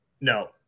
No